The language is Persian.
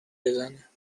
بزنه